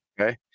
Okay